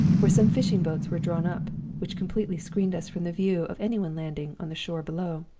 where some fishing-boats were drawn up which completely screened us from the view of any one landing on the shore below.